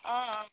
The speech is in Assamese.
অঁ অঁ